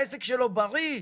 העסק שלו בריא?